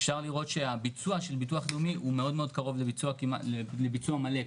אפשר לראות שהביצוע של ביטוח לאומי הוא מאוד קרוב לביצוע מלא,